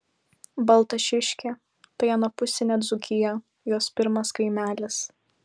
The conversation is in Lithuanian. baltašiškė tai anapusinė dzūkija jos pirmas kaimelis